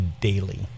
daily